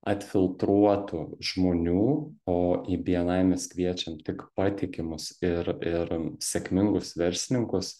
atfiltruotų žmonių o į bni mes kviečiam tik patikimus ir ir sėkmingus verslininkus